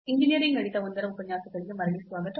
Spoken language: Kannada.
ಇಂಜಿನಿಯರಿಂಗ್ ಗಣಿತ I ರ ಉಪನ್ಯಾಸಗಳಿಗೆ ಮರಳಿ ಸ್ವಾಗತ